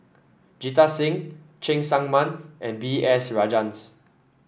Jita Singh Cheng Tsang Man and B S Rajhans